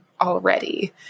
already